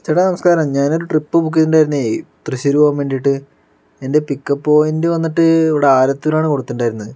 ചേട്ടാ നമസ്കാരം ഞാൻ ഒരു ട്രിപ്പ് ബുക്ക് ചെയ്തിട്ടുണ്ടായിരുന്നെ തൃശ്ശൂർ പോകാൻ വേണ്ടിട്ട് എൻ്റെ പിക്ക് അപ്പ് പോയിൻറ്റ് വന്നിട്ട് ഇവിടെ ആലത്തൂരായിരുന്നു കൊടുത്തിട്ടുണ്ടായിരുന്നെ